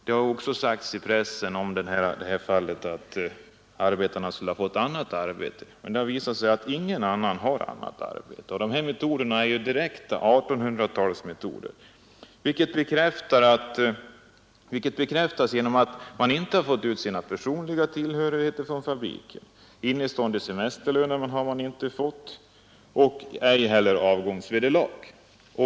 Det har också sagts i pressen om det här fallet att arbetarna skulle ha fått annat arbete. Men det har visat sig att ingen av dem har annat arbete. Metoderna är direkt 1800-talsmässiga. Man har inte fått ut sina personliga tillhörigheter från fabriken, man har inte fått ut innestående semesterlöner och ej heller avgångsvederlag.